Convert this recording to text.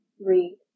Read